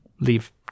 leave